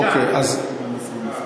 אוקיי, אז בסדר.